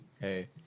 hey